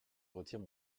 retire